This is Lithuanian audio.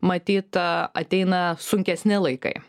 matyt ateina sunkesni laikai